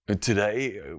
Today